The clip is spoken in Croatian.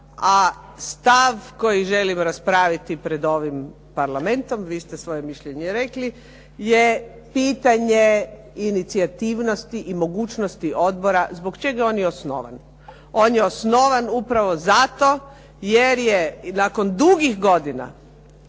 a stav koji želimo raspraviti pred ovim Parlamentom vi ste svoje mišljenje rekli, je pitanje inicijativnosti i mogućnosti odbora zbog čega je on osnovan. On je osnovan upravo zato jer je nakon dugih godina